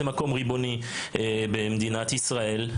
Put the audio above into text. זה מקום ריבוני במדינת ישראל,